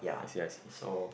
I see I see